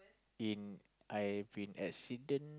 in I've been accident